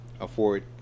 afford